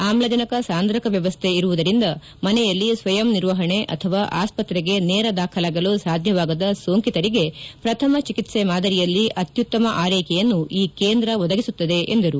ಆಮ್ಲಜನಕ ಸಾಂದ್ರಕ ವ್ಯವಸ್ಥೆ ಇರುವುದರಿಂದ ಮನೆಯಲ್ಲಿ ಸ್ವಯಂ ನಿರ್ವಹಣೆ ಅಥವಾ ಆಸ್ಪತ್ರೆಗೆ ನೇರ ದಾಖಲಾಗಲು ಸಾಧ್ವವಾಗದ ಸೋಂಕಿತರಿಗೆ ಪ್ರಥಮ ಚಿಕಿತ್ಸೆ ಮಾದರಿಯಲ್ಲಿ ಅತ್ವತ್ತಮ ಆರೈಕೆಯನ್ನು ಈ ಕೇಂದ್ರ ಒದಗಿಸುತ್ತದೆ ಎಂದರು